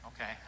okay